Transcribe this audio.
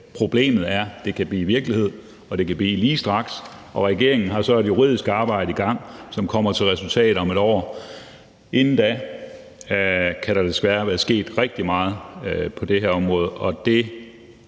problemet er, at det kan blive virkelighed, og det kan det blive lige straks, og regeringen har så et juridisk arbejde i gang, som kommer til et resultat om et år, men inden da kan der desværre være sket rigtig meget på det her område,